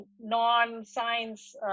non-science